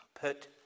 put